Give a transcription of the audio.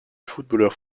footballeur